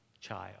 child